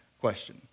question